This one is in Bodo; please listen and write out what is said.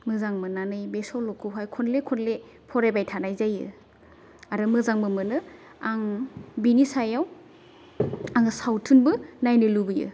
मोजां मोननानै बे सल'खौहाय फरायबाय थानाय जायो आरो मोजांबो मोनो आं बिनि सायाव आङो सावथुनबो नायनो लुगैयो